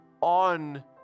on